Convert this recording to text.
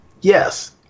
yes